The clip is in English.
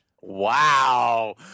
Wow